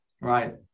right